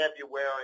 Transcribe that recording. February